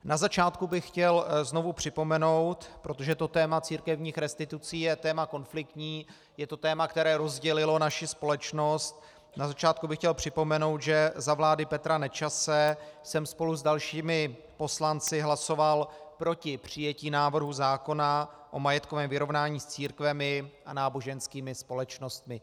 Na začátku bych chtěl znovu připomenout, protože téma církevních restitucí je téma konfliktní, je to téma, které rozdělilo naši společnost, že za vlády Petra Nečase jsem spolu s dalšími poslanci hlasoval proti přijetí návrhu zákona o majetkovém vyrovnání s církvemi a náboženskými společnostmi.